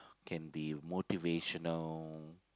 can be motivational